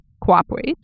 cooperate